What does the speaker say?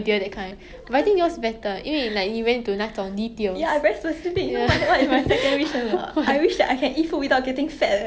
ya